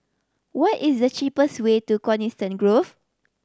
what is the cheapest way to Coniston Grove